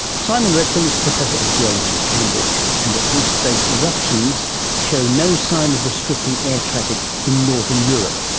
simon redfern is professor of geology at cambridge. and at least those eruptions show no sign of restricting air traffic in northern europe,